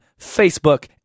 Facebook